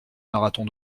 marathon